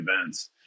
events